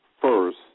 first